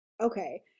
Okay